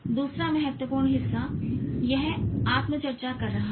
दूसरा महत्वपूर्ण हिस्सा यह आत्म चर्चा कर रहा है